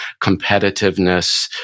competitiveness